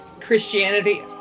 Christianity